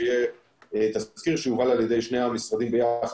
שיהיה תסקיר שיובל על ידי שני המשרדים ביחד,